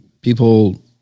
people